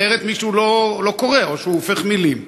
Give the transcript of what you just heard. אחרת מישהו לא קורא, או שהוא הופך מילים.